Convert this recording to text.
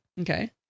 Okay